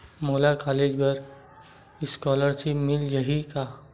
मोला कॉलेज बर स्कालर्शिप मिल जाही का?